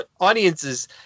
Audiences